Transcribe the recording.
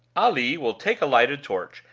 ali will take a lighted torch,